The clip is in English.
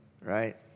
right